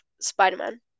Spider-Man